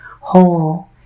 whole